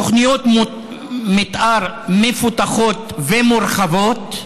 תוכניות מתאר מפותחות ומורחבות,